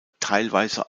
teilweise